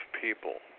people